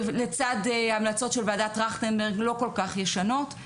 לצד המלצות של ועדת טרכטנברג לא כל כך ישנות.